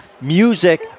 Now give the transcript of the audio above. music